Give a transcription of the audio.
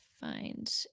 find